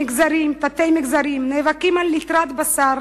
מגזרים ותת-מגזרים נאבקים על ליטרת הבשר